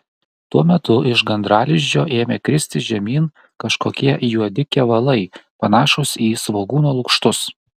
tuo metu iš gandralizdžio ėmė kristi žemyn kažkokie juodi kevalai panašūs į svogūno lukštus